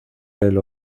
belo